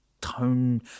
tone